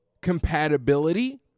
compatibility